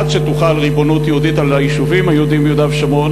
ועד שתוחל ריבונות יהודית על היישובים היהודיים ביהודה ושומרון